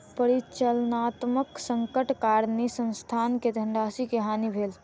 परिचालनात्मक संकटक कारणेँ संस्थान के धनराशि के हानि भेल